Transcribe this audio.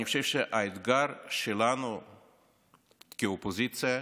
אני חושב שהאתגר שלנו כאופוזיציה,